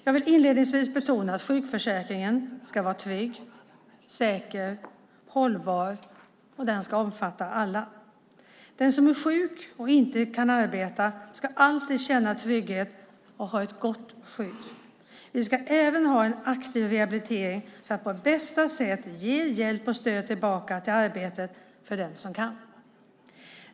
Jag vill inledningsvis betona att sjukförsäkringen ska vara trygg, säker och hållbar och omfatta alla. Den som är sjuk och inte kan arbeta ska alltid känna trygghet och ha ett gott skydd. Vi ska även ha en aktiv rehabilitering för att på bästa sätt ge hjälp och stöd att komma tillbaka till arbetet för den som kan.